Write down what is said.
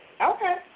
okay